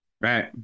Right